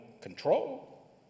control